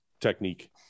technique